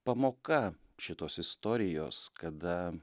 pamoka šitos istorijos kada